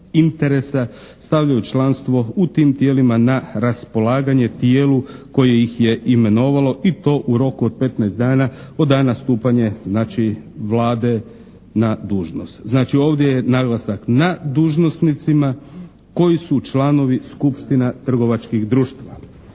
interesa stavljaju članstvo u tim tijelima na raspolaganje tijelu koje ih je imenovalo i to u roku od 15 dana od dana stupanja znači Vlade na dužnost. Znači ovdje je naglasak na dužnosnicima koji su članovi skupština trgovačkih društva.